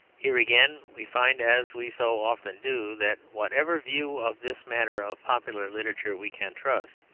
here, again, we find, as we so often do, that whatever view of this matter of popular literature we can trust,